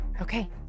Okay